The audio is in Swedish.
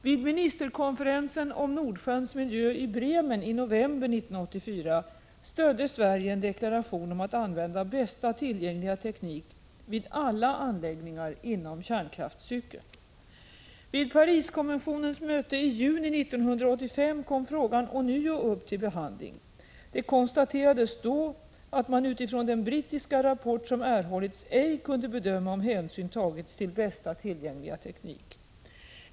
Vid ministerkonferensen om Nordsjöns miljö i Bremen i november 1984 stödde Sverige en deklaration om att använda bästa tillgängliga teknik vid alla anläggningar inom kärnkraftcykeln. Vid Pariskonventionens möte i juni 1985 kom frågan ånyo upp till behandling. Det konstaterades då att man utifrån den brittiska rapport som erhållits ej kunde bedöma om hänsyn tagits till bästa tillgängliga teknik.